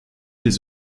des